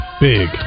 Big